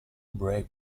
brake